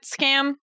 scam